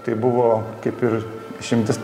tai buvo kaip ir išimtis